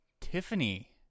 Tiffany